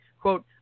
quote